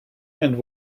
and